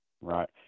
Right